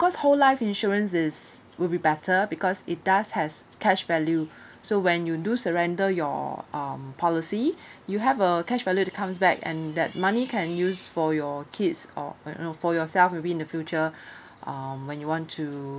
course whole life insurance is will be better because it does has cash value so when you do surrender your um policy you have a cash value to comes back and that money can use for your kids or you know for yourself maybe in the future um when you want to